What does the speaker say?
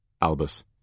Albus